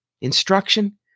instruction